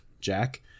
Jack